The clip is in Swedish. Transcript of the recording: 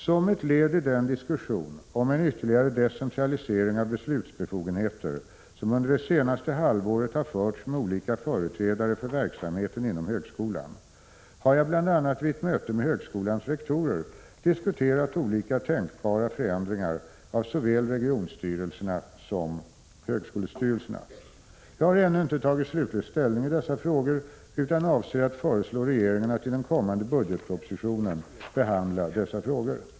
Som ett led i den diskussion om en ytterligare decentralisering av beslutsbefogenheter, som under det senaste halvåret har förts med olika företrädare för verksamheten inoni högskolan, har jag bl.a. vid ett möte med högskolans rektorer diskuterat olika tänkbara förändringar av såväl regionstyrelserna som högskolestyrelserna. Jag har ännu inte tagit slutlig ställning i dessa frågor, utan avser att föreslå regeringen att i den kommande budgetpropositionen behandla dessa frågor.